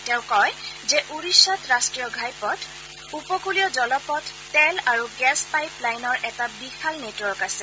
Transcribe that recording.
তেওঁ কয় যে ওড়িশাত ৰাষ্ট্ৰীয় ঘাইপথ উপকুলীয় জলপথ তেল আৰু গেছ পাইপ লাইনৰ এটা বিশাল নেটৱৰ্ক আছে